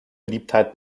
beliebtheit